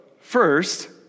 first